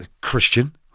Christian